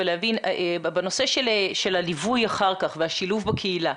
בנושא של הליווי אחר כך והשילוב בקהילה,